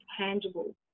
tangible